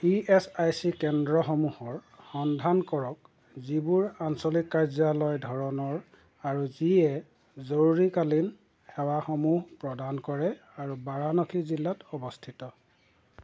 E S I C কেন্দ্ৰসমূহৰ সন্ধান কৰক যিবোৰ আঞ্চলিক কাৰ্যালয় ধৰণৰ আৰু যিয়ে জৰুৰীকালীন সেৱাসমূহ প্ৰদান কৰে আৰু বাৰাণসী জিলাত অৱস্থিত